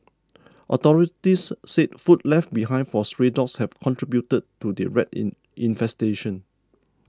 authorities said food left behind for stray dogs have contributed to the rat in infestation